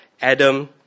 Adam